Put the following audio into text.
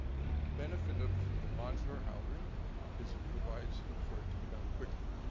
the benefit of modular housing is it provides for it to be done quickly.